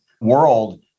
world